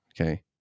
Okay